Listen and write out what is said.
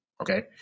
Okay